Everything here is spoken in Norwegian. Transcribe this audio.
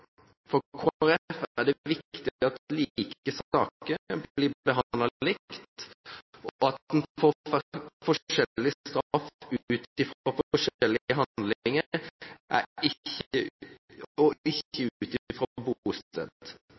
For Kristelig Folkeparti er det viktig at like saker blir behandlet likt, og at en får forskjellig straff ut fra forskjellige handlinger og ikke